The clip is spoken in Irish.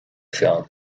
pheann